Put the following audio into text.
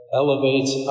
elevates